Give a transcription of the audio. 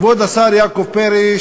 כבוד השר יעקב פרי,